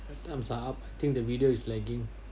I think the video is lagging